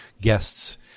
guests